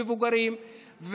מבוגרים.